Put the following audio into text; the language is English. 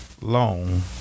long